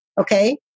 okay